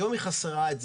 היום זה חסר לה,